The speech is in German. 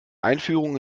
einführung